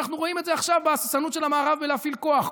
אנחנו רואים את זה עכשיו בהססנות של המערב בלהפעיל כוח.